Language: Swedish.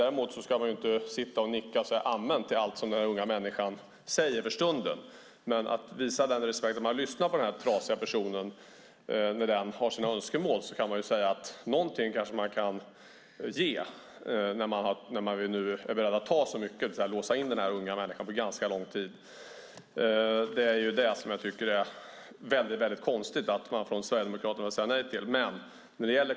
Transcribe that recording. Däremot ska man inte nicka och säga amen till allt som den här unga människan säger för stunden. Men man kan visa respekt och lyssna till den här trasiga personen när den framför sina önskemål. Någonting kanske man kan ge när man är beredd att ta så mycket, det vill säga låsa in den här unga människan under ganska lång tid. Jag tycker att det är väldigt konstigt att Sverigedemokraterna vill säga nej till det.